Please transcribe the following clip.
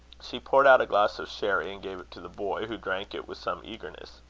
she poured out a glass of sherry, and gave it to the boy, who drank it with some eagerness.